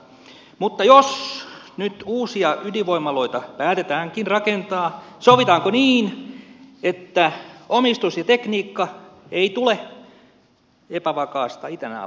mutta jos nyt uusia ydinvoimaloita päätetäänkin rakentaa sovitaanko niin että omistus ja tekniikka ei tule epävakaasta itänaapurista